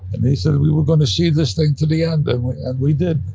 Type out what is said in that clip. and we said we were going to see this thing to the end, and we and we did